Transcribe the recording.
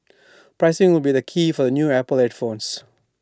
pricing will be the key for the new Apple headphones